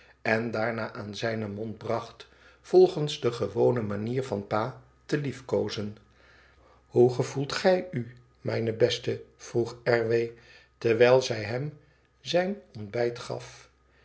en daarna aan zijn mond bracht volgens de gewone manier van pa te liefkoozen hoe gevoelt gij u mijne beste vroeg r w terwijl zij hem zijn ontbijt gaf